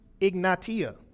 Ignatia